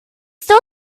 still